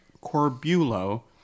Corbulo